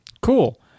Cool